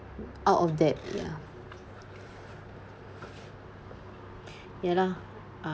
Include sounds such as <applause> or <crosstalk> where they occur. out of that ya <breath> ya lah uh